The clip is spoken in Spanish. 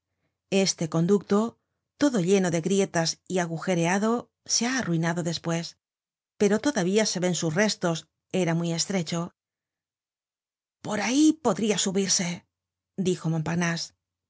este conducto todo lleno de grietas y agujereado se ha arruinado despues pero todavía se ven sus restos era muy estrecho por ahí podria subirse dijo montparnase